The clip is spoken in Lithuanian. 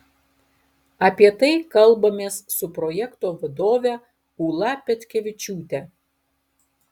apie tai kalbamės su projekto vadove ūla petkevičiūte